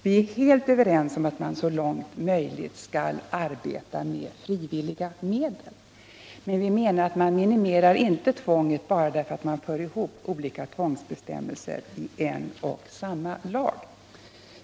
Vi håller helt med om att man så långt möjligt skall arbeta med frivilliga medel, men vi menar att man inte minimerar tvånget bara därför att man för ihop olika tvångsbestämmelser i en och samma lag.